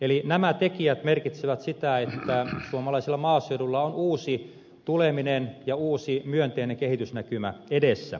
eli nämä tekijät merkitsevät sitä että suomalaisella maaseudulla on uusi tuleminen ja uusi myönteinen kehitysnäkymä edessä